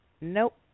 Nope